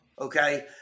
Okay